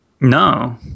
No